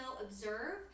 observe